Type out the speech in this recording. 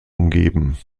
umgeben